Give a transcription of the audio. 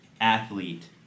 athlete